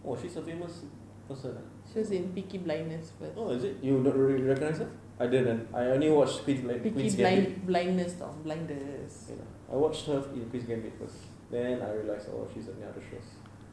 !wah! she's a famous person ah oh is it you recognise her I didn't I only watch queen queen's gambit like I watched her in queen's gambit then I realise oh on another show